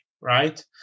right